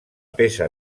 peça